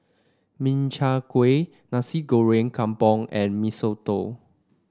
Min Chiang Kueh Nasi Goreng Kampung and Mee Soto